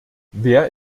wer